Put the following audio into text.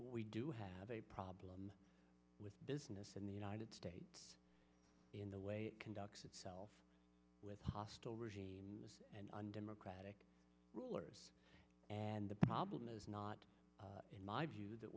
we do have a problem with business in the united states in the way it conducts itself with hostile regimes and undemocratic and the problem is not in my view that